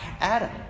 Adam